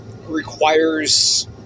requires